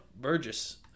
Burgess